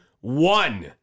one